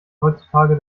heutzutage